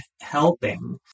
helping